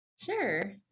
Sure